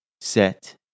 set